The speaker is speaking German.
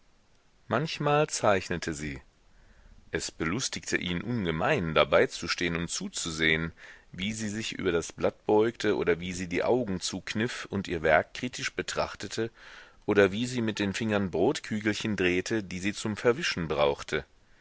manchmal zeichnete sie es belustigte ihn ungemein dabeizustehen und zuzusehn wie sie sich über das blatt beugte oder wie sie die augen zukniff und ihr werk kritisch betrachtete oder wie sie mit den fingern brotkügelchen drehte die sie zum verwischen brauchte